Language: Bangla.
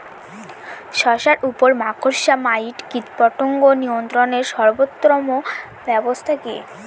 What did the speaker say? শশার উপর মাকড়সা মাইট কীটপতঙ্গ নিয়ন্ত্রণের সর্বোত্তম ব্যবস্থা কি?